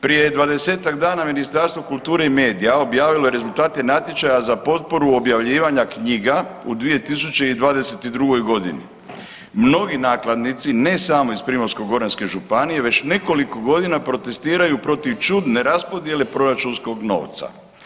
Prije dvadesetak dana Ministarstvo kulture i medija objavilo je rezultate natječaja za potporu objavljivanja knjiga u 2022.g., mnogi nakladnici, ne samo iz Primorsko-goranske županije već nekoliko godina protestiraju protiv čudne raspodjele proračunskog novca.